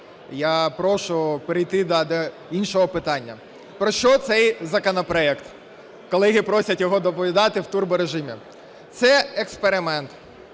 Я прошу перейти до іншого питання. Про що цей законопроект? Колеги просять його доповідати в турборежимі. Це – експеримент,